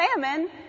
salmon